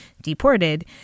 deported